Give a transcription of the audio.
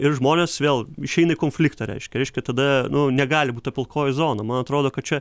ir žmonės vėl išeina į konfliktą reiškia reiškia tada nu negali būt ta pilkoji zona man atrodo kad čia